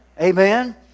Amen